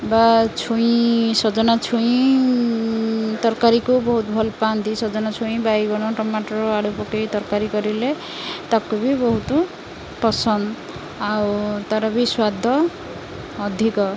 ବା ଛୁଇଁ ସଜନା ଛୁଇଁ ତରକାରୀକୁ ବହୁତ ଭଲ ପାଆନ୍ତି ସଜନା ଛୁଇଁ ବାଇଗଣ ଟମାଟର ଆଳୁ ପକେଇ ତରକାରୀ କରିଲେ ତାକୁ ବି ବହୁତ ପସନ୍ଦ ଆଉ ତାର ବି ସ୍ୱାଦ ଅଧିକ